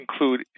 include